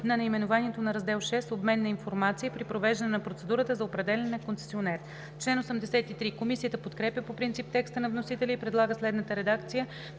за наименованието на Раздел VІ: „Обмен на информация при провеждане на процедурата за определяне на концесионер“. Комисията подкрепя по принцип текста на вносителя и предлага следната редакция